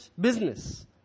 Business